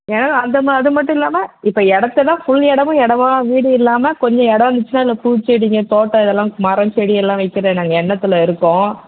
ஏனால் அந்த மா அது மட்டுல்லாமல் இப்போ இடத்ததான் ஃபுல் இடமும் இடமா வீடு இல்லாமல் கொஞ்சம் இடம் இருந்துச்சுன்னா அதில் பூச்செடிங்க தோட்டம் இதெல்லாம் மரம் செடி எல்லாம் வைக்கிற நாங்கள் எண்ணத்தில் இருக்கோம்